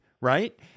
right